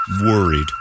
worried